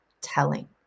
telling